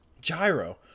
Gyro